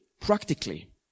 practically